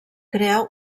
crear